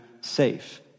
safe